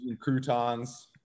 Croutons